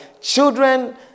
children